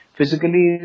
Physically